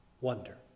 wonder